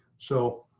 so